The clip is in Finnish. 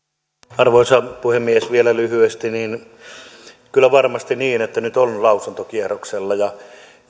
arvoisa puhemies vielä lyhyesti kyllä on varmasti niin että se nyt on lausuntokierroksella ja